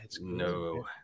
No